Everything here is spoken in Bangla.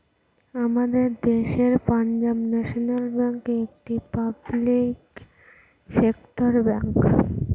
আমাদের দেশের পাঞ্জাব ন্যাশনাল ব্যাঙ্ক একটি পাবলিক সেক্টর ব্যাঙ্ক